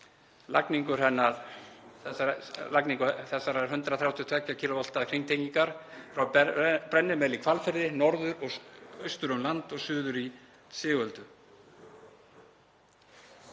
lagningu þessarar 132 kW hringtengingar frá Brennimel í Hvalfirði, norður og austur um land og suður í Sigöldu.“